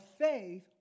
faith